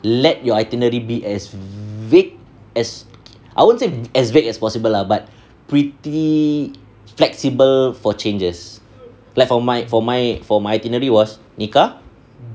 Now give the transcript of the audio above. let your itinerary be as vague as I won't say as vague as possible lah but pretty flexible for changes like for my for my for my itinerary was nikah